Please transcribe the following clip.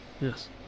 yes